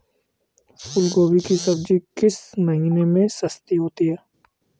फूल गोभी की सब्जी किस महीने में सस्ती होती है?